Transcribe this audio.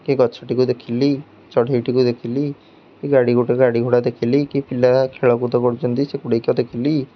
କି ଗଛଟିକୁ ଦେଖିଲି ଚଢ଼େଇଟିକୁ ଦେଖିଲି କି ଗାଡ଼ି ଗୋଟେ ଗାଡ଼ି ଘୋଡ଼ା ଦେଖିଲି କି ପିଲା ଖେଳକୁଦ କରୁଛନ୍ତି ସେଗୁଡ଼ିକ ଦେଖିଲି